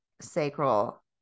sacral